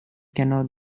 cannot